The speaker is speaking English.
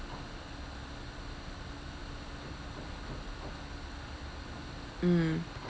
mm